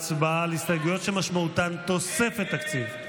הצבעה על הסתייגויות שמשמעותן תוספת תקציב.